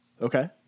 Okay